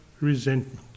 resentment